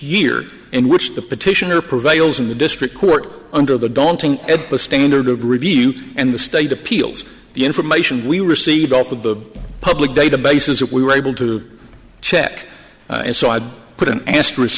year in which the petitioner prevails in the district court under the daunting at the standard of review and the state appeals the information we received off of the public databases that we were able to check and so i'd put an asterisk